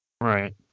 right